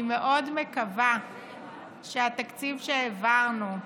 אני מאוד מקווה שהתקציב שהעברנו,